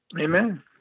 Amen